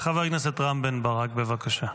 חבר הכנסת רם בן ברק, בבקשה.